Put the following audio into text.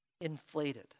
inflated